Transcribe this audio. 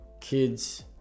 kids